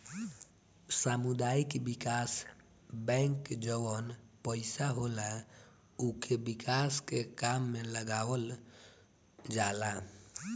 सामुदायिक विकास बैंक जवन पईसा होला उके विकास के काम में लगावल जाला